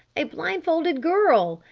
a blindfolded girl!